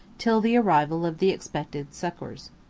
till the arrival of the expected succors.